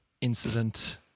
incident